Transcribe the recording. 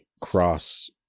cross